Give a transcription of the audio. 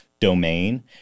domain